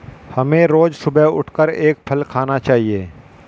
हमें रोज सुबह उठकर एक फल खाना चाहिए